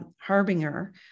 harbinger